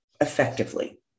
effectively